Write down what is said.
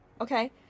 Okay